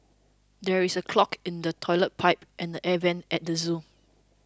there is a clog in the Toilet Pipe and the Air Vents at the zoo